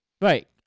right